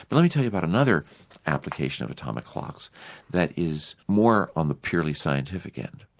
let me tell you about another application of atomic clocks that is more on the purely scientific end.